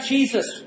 Jesus